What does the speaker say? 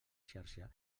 xarxa